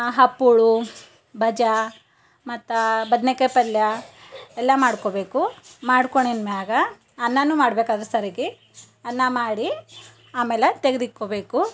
ಹಪ್ಪುಳು ಬಜ ಮತ್ತು ಬದ್ನೇಕಾಯಿ ಪಲ್ಯ ಎಲ್ಲ ಮಾಡ್ಕೊಳ್ಬೇಕು ಮಾಡ್ಕೊಂಡಿದ್ಮ್ಯಾಗ ಅನ್ನನೂ ಮಾಡ್ಬೇಕು ಅದ್ರ ಸರಿಗೆ ಅನ್ನ ಮಾಡಿ ಆಮೇಲೆ ತೆಗ್ದಿಟ್ಕೋಬೇಕು